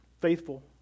Faithful